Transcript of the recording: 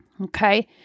Okay